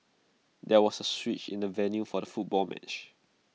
there was A switch in the venue for the football match